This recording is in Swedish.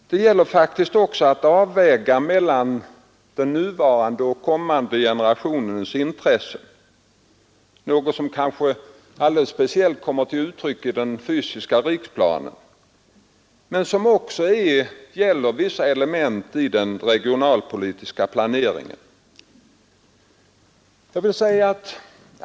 Det gäller också att avväga intressena hos den nuvarande och den kommande generationen, något som kanske alldeles speciellt kommer till uttryck i den fysiska riksplanen men som också gäller vissa element i den regionalpolitiska planeringen.